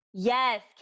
Yes